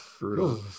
brutal